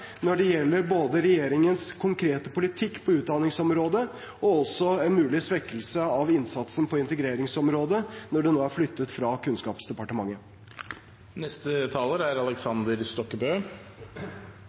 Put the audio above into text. når det gjelder både regjeringens konkrete politikk på utdanningsområdet og også en mulig svekkelse av innsatsen på integreringsområdet, når det nå er flyttet fra